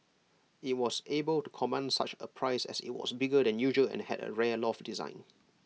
IT was able to command such A price as IT was bigger than usual and had A rare loft design